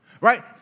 right